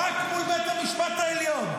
רק מול בית המשפט העליון.